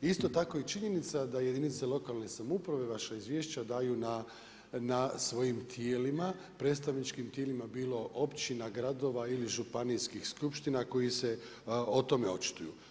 Isto tako i činjenica da jedinica lokalne samouprave vaša izvješća daju na svojim predstavničkim tijelima bilo općina, gradova ili županijskih skupština koje se o tome očituju.